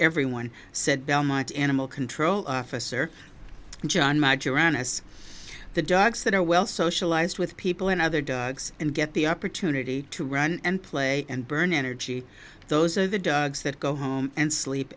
everyone said belmont animal control officer john margarine as the dogs that are well socialized with people in other dogs and get the opportunity to run and play and burn energy those are the dogs that go home and sleep